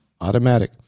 automatic